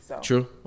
True